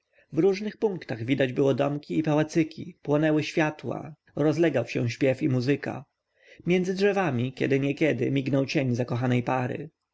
w różnych punktach widać było domki i pałacyki płonęły światła rozlegał się śpiew i muzyka między drzewami kiedy niekiedy mignął cień zakochanej pary